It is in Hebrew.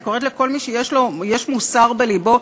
אני קוראת לכל מי שיש מוסר בלבו,